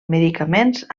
medicaments